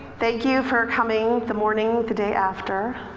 thank you for coming the morning, the day after.